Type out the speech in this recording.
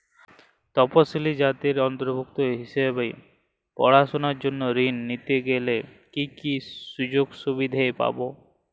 তফসিলি জাতির অন্তর্ভুক্ত হিসাবে পড়াশুনার জন্য ঋণ নিতে গেলে কী কী সুযোগ সুবিধে পাব?